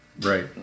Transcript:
right